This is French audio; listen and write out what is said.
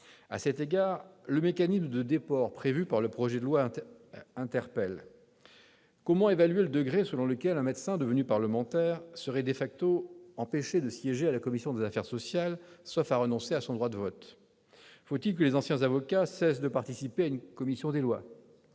À cet égard, le mécanisme de déport prévu par le projet de loi ordinaire interpelle. Comment évaluer les critères en fonction desquels un médecin devenu parlementaire serait empêché de siéger à la commission des affaires sociales, sauf à renoncer à son droit de vote ? Faut-il que les anciens avocats cessent de participer à la commission des lois ?